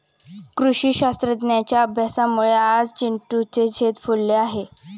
कृषीशास्त्राच्या अभ्यासामुळे आज चिंटूचे शेत फुलले आहे